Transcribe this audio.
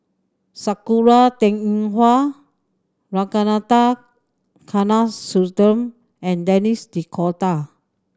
Sakura Teng Ying Hua Ragunathar Kanagasuntheram and Denis D'Cotta